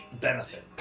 benefit